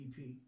EP